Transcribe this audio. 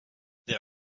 there